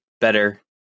better